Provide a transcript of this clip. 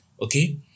Okay